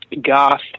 goth